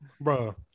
bro